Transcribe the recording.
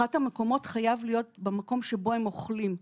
אחת המקומות חייב להיות במקום שבו הם אוכלים.